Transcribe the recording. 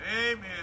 Amen